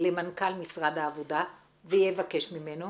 למנכ"ל משרד העבודה ויבקש ממנו